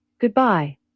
Goodbye